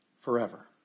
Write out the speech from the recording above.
forever